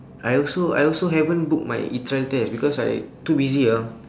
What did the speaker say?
I also I also haven't book my e-trial test because I too busy uh